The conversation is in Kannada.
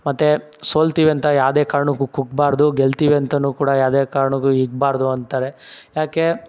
ಮತ್ತು ಸೋಲ್ತೀವಿ ಅಂತ ಯಾವ್ದೇ ಕಾರ್ಣಕ್ಕೂ ಕುಗ್ಗಬಾರ್ದು ಗೆಲ್ತೀವಿ ಅಂತನೂ ಕೂಡ ಯಾವ್ದೇ ಕಾರಣಕ್ಕು ಹಿಗ್ಬಾರ್ದು ಅಂತಾರೆ ಯಾಕೆ